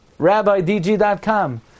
RabbiDG.com